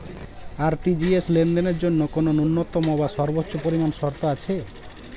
RTGS লেনদেনের জন্য কোন ন্যূনতম বা সর্বোচ্চ পরিমাণ শর্ত আছে?